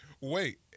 Wait